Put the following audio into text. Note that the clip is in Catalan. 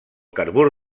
carbur